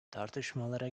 tartışmalara